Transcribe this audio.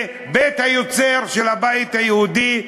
ובית היוצר של הבית היהודי,